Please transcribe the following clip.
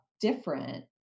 different